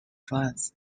friends